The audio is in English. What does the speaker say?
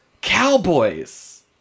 Cowboys